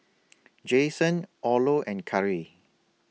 Jason Orlo and Kari